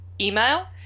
email